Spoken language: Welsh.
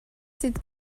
sydd